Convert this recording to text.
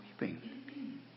weeping